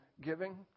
giving